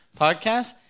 podcast